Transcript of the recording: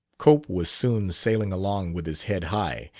cope was soon sailing along with his head high,